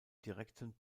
direkten